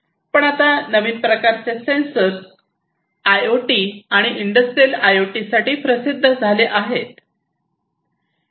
पण आता नवीन प्रकारचे सेन्सर्स आय ओ टी आणि इंडस्ट्रियल आय ओ टी साठी प्रसिद्ध झाले आहे